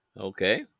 okay